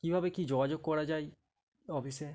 কীভাবে কী যোগাযোগ করা যায় অফিসে